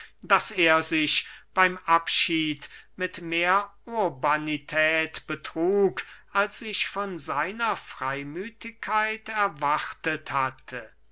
daß er sich beym abschied mit mehr urbanität betrug als ich von seiner freymüthigkeit erwartet hatte